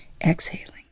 exhaling